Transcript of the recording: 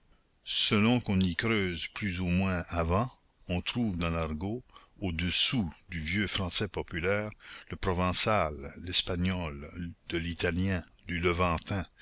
selon qu'on y creuse plus ou moins avant on trouve dans l'argot au-dessous du vieux français populaire le provençal l'espagnol de l'italien du levantin